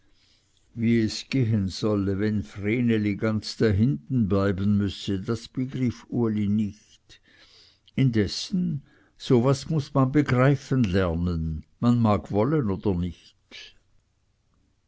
wie es gehen solle wenn vreneli ganz dahinten bleiben müsse das begriff uli nicht indessen so was muß man begreifen lernen man mag wollen oder nicht